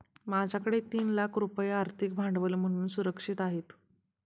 माझ्याकडे तीन लाख रुपये आर्थिक भांडवल म्हणून सुरक्षित आहेत